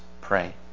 pray